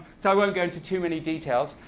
so i won't go into too many details,